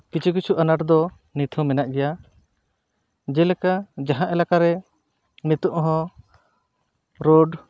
ᱠᱤᱪᱷᱩ ᱠᱤᱪᱷᱩ ᱟᱱᱟᱴ ᱫᱚ ᱱᱤᱛᱦᱚᱸ ᱢᱮᱱᱟᱜ ᱜᱮᱭᱟ ᱡᱮᱞᱮᱠᱟ ᱡᱟᱦᱟᱸ ᱮᱞᱟᱠᱟᱨᱮ ᱱᱤᱛᱚᱜ ᱦᱚᱸ ᱨᱳᱰ